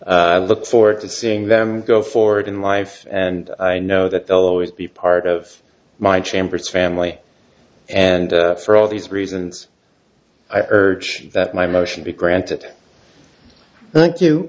and look forward to seeing them go forward in life and i know that they'll always be part of my chambers family and for all these reasons i urge that my motion be granted thank you